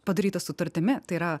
padaryta sutartimi tai yra